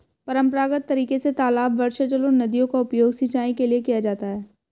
परम्परागत तरीके से तालाब, वर्षाजल और नदियों का उपयोग सिंचाई के लिए किया जाता है